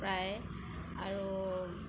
প্ৰায় আৰু